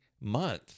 month